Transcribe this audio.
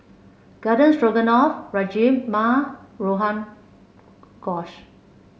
Garden Stroganoff Rajma Rogan Josh